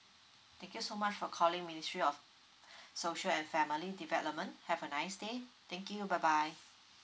thank you so much for calling ministry of social and family development have a nice day thank you bye bye